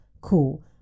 Cool